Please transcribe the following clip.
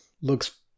looks